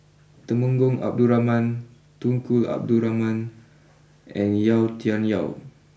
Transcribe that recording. Temenggong Abdul Rahman Tunku Abdul Rahman and Yau Tian Yau